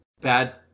bad